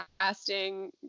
casting